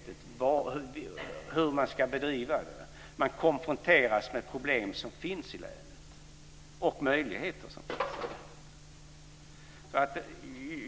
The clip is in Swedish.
ska formas, hur det ska bedrivas. Man konfronteras med de problem och även de möjligheter som finns i länet.